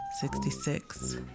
Sixty-six